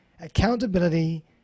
accountability